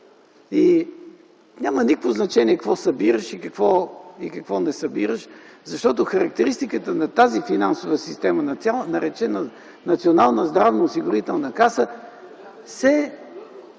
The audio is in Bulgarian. Няма никакво значение какво събираш и какво не събираш, защото характеристиката на тази финансова система, наречена Национална здравноосигурителна каса, се